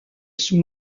sous